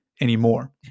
anymore